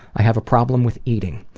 i have a problem with eating.